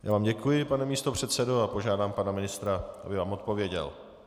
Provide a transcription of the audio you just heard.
Já vám děkuji, pane místopředsedo, a požádám pana ministra, aby vám odpověděl.